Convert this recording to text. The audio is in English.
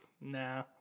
Nah